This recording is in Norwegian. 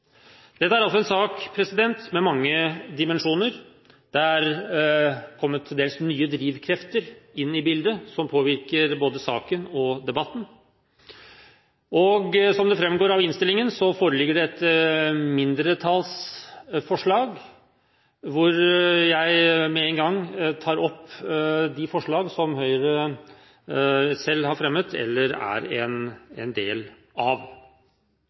Dette er altså en sak med mange dimensjoner. Det har kommet til dels nye drivkrefter inn i bildet som påvirker både saken og debatten. Som det framgår av innstillingene, foreligger det mindretallsforslag. Jeg tar med en gang opp de forslagene som Høyre har fremmet sammen med Fremskrittspartiet. Flertallet, regjeringsfraksjonen, går for en